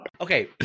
Okay